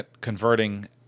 converting